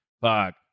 Fuck